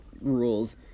rules